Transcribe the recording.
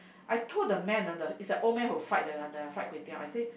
I told the man ah the it's an old man who fried the the fried kway-teow I say